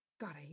God